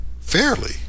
fairly